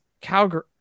Calgary